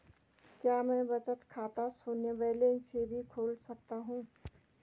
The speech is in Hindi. क्या मैं बचत खाता शून्य बैलेंस से भी खोल सकता हूँ?